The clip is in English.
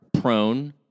prone